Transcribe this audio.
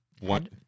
one